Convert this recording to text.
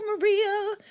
Maria